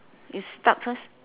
you start first